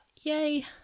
yay